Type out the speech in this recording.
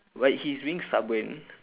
but he's being stubborn